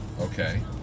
Okay